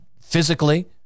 physically